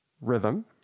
rhythm